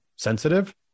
Sensitive